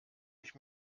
ich